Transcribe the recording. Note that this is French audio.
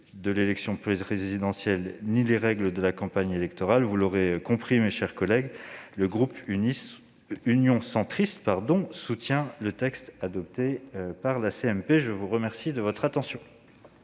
de l'élection présidentielle ni les règles de la campagne électorale. Vous l'aurez compris, mes chers collègues, le groupe Union Centriste soutient le texte adopté par la CMP. La parole est à Mme